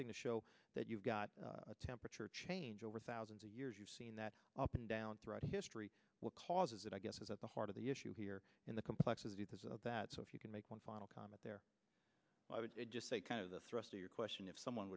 thing to show that you've got a temperature change over thousands of years you've seen that up and down throughout history what causes it i guess is at the heart of the issue here in the complexities of that so if you can make one final comment there i would just say kind of the thrust of your question if someone